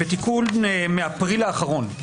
בתיקון מאפריל האחרון.